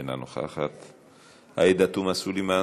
אינה נוכחת, עאידה תומא סלימאן,